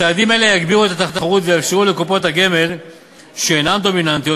צעדים אלה יגבירו את התחרות ויאפשרו לקופות הגמל שאינן דומיננטיות